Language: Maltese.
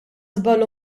żball